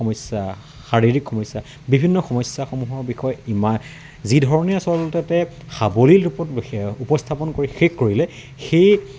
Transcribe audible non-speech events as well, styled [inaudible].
সমস্যা শাৰীৰিক সমস্যা বিভিন্ন সমস্যাসমূহৰ বিষয়ে ইমা যি ধৰণে আচলততে সাৱলীল ৰূপত [unintelligible] উপস্থাপন কৰি শেষ কৰিলে সেই